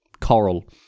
coral